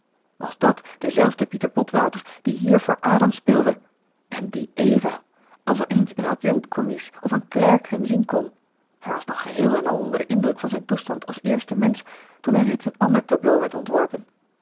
was dat dezelfde pieter botwater die hier voor adam speelde en die eva als er eens een adjunct commies of een klerk hem zien kon hij was nog geheel en al onder den indruk van zijn toestand als eerste mensch toen er reeds een ander tableau werd ontworpen